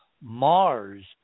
Mars